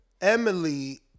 Emily